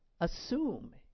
assume